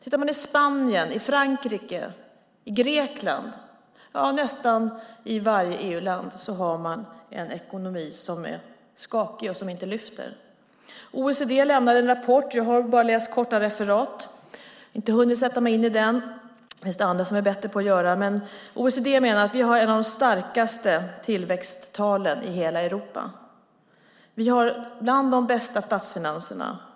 I Spanien, Frankrike, Grekland, ja, nästan varje EU-land, har man en ekonomi som är skakig och inte lyfter. OECD lämnade en rapport som jag bara har läst korta referat från och inte hunnit sätta mig in i - det finns det andra som är bättre på. OECD menar att vi har ett av de starkaste tillväxttalen i hela Europa. Vi har bland de bästa statsfinanserna.